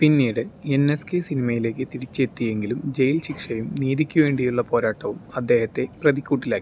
പിന്നീട് N S K സിനിമയിലേക്ക് തിരിച്ചെത്തിയെങ്കിലും ജയിൽ ശിക്ഷയും നീതിക്ക് വേണ്ടിയുള്ള പോരാട്ടവും അദ്ദേഹത്തെ പ്രതിക്കൂട്ടിലാക്കി